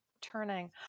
turning